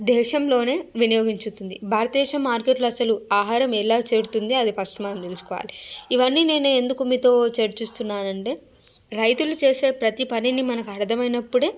దేశంలోనే వినియోగించుతుంది భారతదేశం మార్కెట్లో అసలు ఆహారం ఎలా చేరుతుంది అది ఫస్ట్ మనం తెలుసుకోవాలి ఇవన్నీ నేను మీతో ఎందుకు చర్చిస్తున్నాను అంటే రైతులు చేసే ప్రతీ పనినీ మనకి అర్ధం అయినప్పుడే